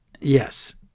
Yes